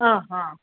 ಹಾಂ ಹಾಂ